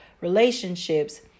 relationships